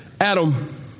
Adam